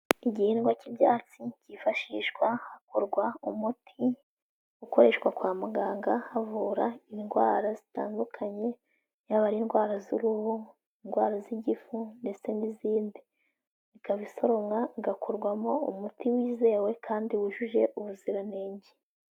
Igihingwa cy'ibyatsi kifashishwa hakorwa umuti ukoreshwa kwa muganga havura indwara zitandukanye, yaba ari indwara z'uruhu, indwa z'igifu ndetse n'izindi, ikaba isoromwa igakorwamo umuti wizewe kandi wujuje ubuziranenge.